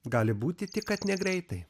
gali būti tik kad negreitai